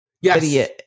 Yes